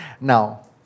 Now